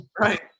Right